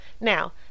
now